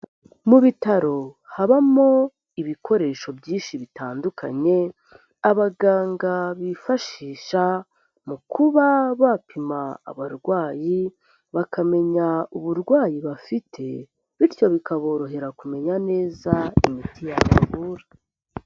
Mu bitaro habamo ibikoresho byinshi bitandukanye, abaganga bifashisha mu kuba bapima abarwayi, bakamenya uburwayi bafite bityo bikaborohera kumenya neza imiti yabavura.